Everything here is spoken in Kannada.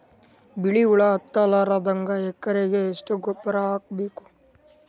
ಬಿಳಿ ಹುಳ ಹತ್ತಲಾರದಂಗ ಎಕರೆಗೆ ಎಷ್ಟು ಗೊಬ್ಬರ ಹಾಕ್ ಬೇಕು?